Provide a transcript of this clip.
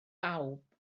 bawb